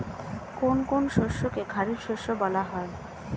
কোন কোন শস্যকে খারিফ শস্য বলা হয়?